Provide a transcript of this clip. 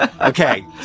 Okay